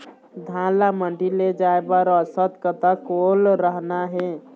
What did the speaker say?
धान ला मंडी ले जाय बर औसत कतक ओल रहना हे?